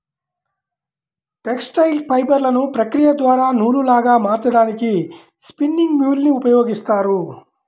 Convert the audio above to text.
textile ఫైబర్లను ప్రక్రియ ద్వారా నూలులాగా మార్చడానికి స్పిన్నింగ్ మ్యూల్ ని ఉపయోగిస్తారు